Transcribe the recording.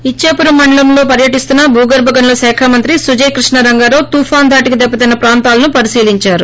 ఇద్సాపురం మండలంలో పర్యటిస్తున్న భూగర్భగనుల శాఖ మంత్రి సుజయ్ కృష్ణ రంగారావు తుపాను దాటికి దెబ్బతిన్న ప్రాంతాలను పరిశీలిందారు